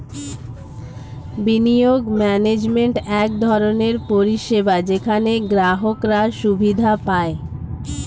বিনিয়োগ ম্যানেজমেন্ট এক ধরনের পরিষেবা যেখানে গ্রাহকরা সুবিধা পায়